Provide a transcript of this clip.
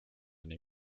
nii